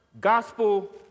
gospel